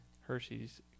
Hershey's